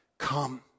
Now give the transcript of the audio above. Come